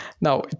Now